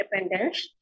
independence